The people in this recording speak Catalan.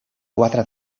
quatre